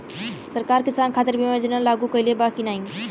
सरकार किसान खातिर बीमा योजना लागू कईले बा की ना?